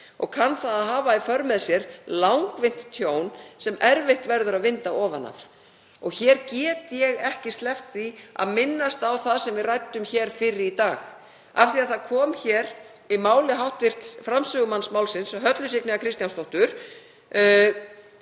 og kann það að hafa í för með sér langvinnt tjón sem erfitt verður að bæta. Hér get ég ekki sleppt því að minnast á það sem við ræddum fyrr í dag. Af því að þau orð komu í máli hv. framsögumanns málsins, Höllu Signýjar Kristjánsdóttur,